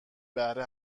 بهره